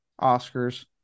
Oscars